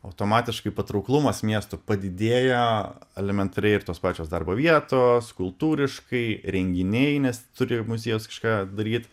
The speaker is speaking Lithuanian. automatiškai patrauklumas miestų padidėja elementariai ir tos pačios darbo vietos kultūriškai renginiai nes turi muziejus kažką daryt